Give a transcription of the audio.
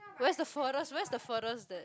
where's the furthest where's the furthest that